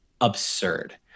absurd